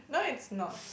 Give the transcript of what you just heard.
no it's not